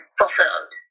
fulfilled